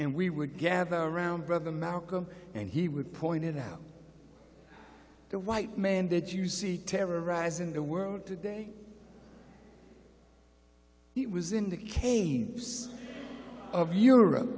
and we would gather around brother malcolm and he would point out the white man that you see terrorize in the world today it was indicating use of europe